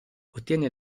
ottiene